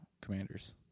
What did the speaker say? Commanders